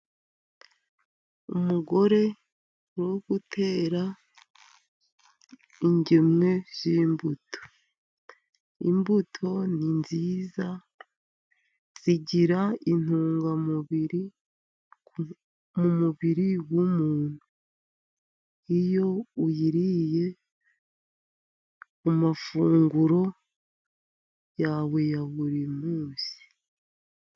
Umugore uri gutera ingemwe z'imbuto, imbuto ni nziza zigira intungamubiri mu mubiri wumuntu, iyo uziriye mu mafunguro yawe ya buri munsi.